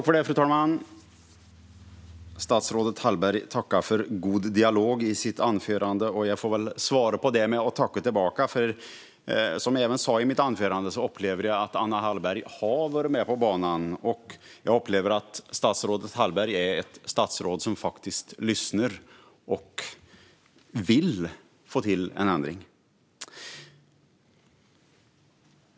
Fru talman! I sitt anförande tackar statsrådet Hallberg för god dialog. Jag får väl tacka tillbaka, för som jag sa i mitt anförande upplever jag att Anna Hallberg är på banan och faktiskt lyssnar och vill få till en ändring.